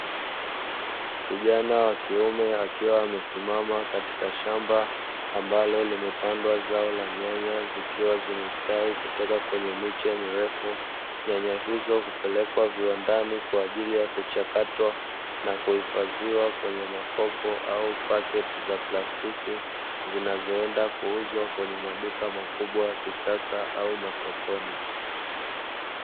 Kijana wa kiume akiwa amesimama katika shamba, ambalo limepandwa zao la nyanya zikiwa zimestawi kutoka kwenye miche mirefu, nyanya hizo hupelekwa viwandani kwa ajili ya kuchakatwa na kuhifadhiwa kwenye makopo au pakti za plastiki, zinazoenda kuuzwa kwenye maduka makubwa ya kisasa au masokoni.